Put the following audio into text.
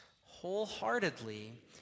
wholeheartedly